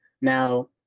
Now